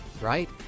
right